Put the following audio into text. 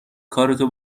کارتو